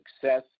success